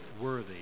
worthy